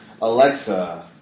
Alexa